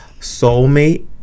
Soulmate